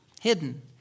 hidden